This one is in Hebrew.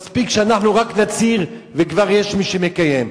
מספיק שאנחנו רק נצהיר וכבר יש מי שמקיים.